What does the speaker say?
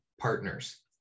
partners